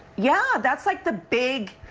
yeah. that's like the big